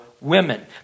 women